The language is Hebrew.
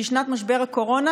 שהיא שנת משבר הקורונה,